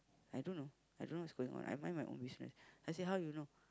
I don't know I don't know what's going on I mind my own business then I say how you know